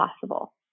possible